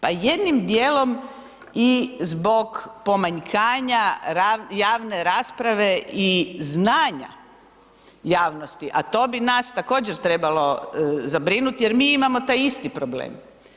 Pa jednim dijelom i zbog pomanjkanja javne rasprave i znanja javnost a to bi nas također trebalo zabrinuti jer mi imamo taj isti problem.